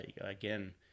Again